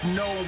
no